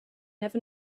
never